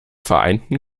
vereinten